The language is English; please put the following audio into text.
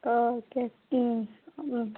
okay